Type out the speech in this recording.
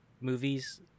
movies